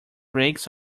brakes